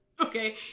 Okay